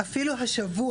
אפילו השבוע,